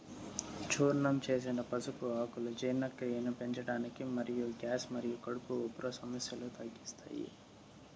చూర్ణం చేసిన పసుపు ఆకులు జీర్ణక్రియను పెంచడానికి మరియు గ్యాస్ మరియు కడుపు ఉబ్బరం సమస్యలను తగ్గిస్తాయి